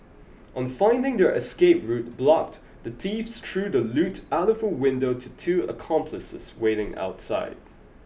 on finding their escape route blocked the thieves threw the loot out of a window to two accomplices waiting outside